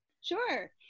Sure